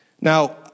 Now